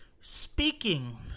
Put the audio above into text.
Speaking